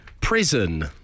Prison